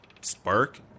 spark